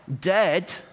dead